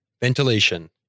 Ventilation